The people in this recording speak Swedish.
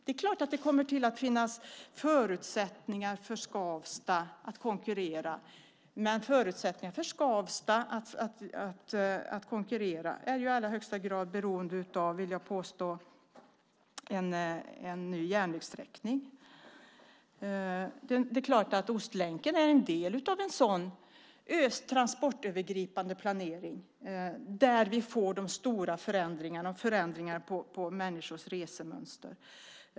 Det är klart att det kommer att finnas förutsättningar för Skavsta att konkurrera, men de är i allra högsta grad beroende av en ny järnvägssträckning, vill jag påstå. Ostlänken är en del av en sådan transportövergripande planering där vi får de stora förändringarna i människors resmönster.